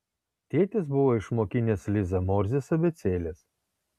tėtis buvo išmokinęs lizą morzės abėcėlės